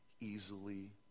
easily